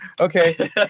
Okay